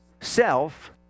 self